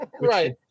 right